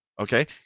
Okay